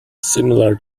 similar